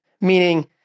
meaning